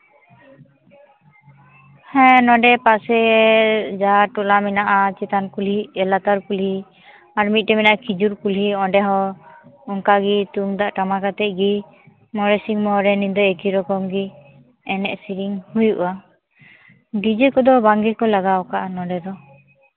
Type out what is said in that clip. ᱦᱮᱸ ᱱᱚᱸᱰᱮ ᱯᱟᱥᱮ ᱡᱟᱦᱟᱸ ᱴᱚᱞᱟ ᱢᱮᱱᱟᱜᱼᱟ ᱪᱮᱛᱟᱱ ᱠᱩᱞᱦᱤ ᱞᱟᱛᱟᱨ ᱠᱩᱞᱦᱤ ᱟᱨ ᱢᱤᱫᱴᱮᱱ ᱢᱮᱱᱟᱜᱼᱟ ᱠᱷᱤᱡᱩᱨ ᱠᱩᱞᱦᱤ ᱚᱸᱰᱮ ᱦᱚᱸ ᱚᱱᱠᱟᱜᱮ ᱛᱩᱢᱫᱟᱜ ᱴᱟᱢᱟᱠᱟᱛᱮ ᱜᱮ ᱢᱚᱬᱮ ᱥᱤᱧ ᱢᱚᱬᱮ ᱧᱤᱫᱟᱹ ᱮᱠᱤ ᱨᱚᱠᱚᱢ ᱜᱮ ᱮᱱᱮᱡ ᱥᱤᱨᱤᱧ ᱦᱩᱭᱩᱜᱼᱟ ᱰᱤᱡᱮ ᱠᱚᱫᱚ ᱵᱟᱝ ᱜᱮᱠᱚ ᱠᱟᱜᱼᱟ ᱞᱟᱜᱟᱣ ᱠᱟᱜᱼᱟ ᱱᱚᱸᱰᱮ ᱫᱚ